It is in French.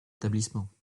établissements